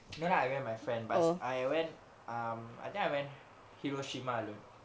no lah I went with my friend but I went um I think I went hiroshima alone